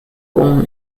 born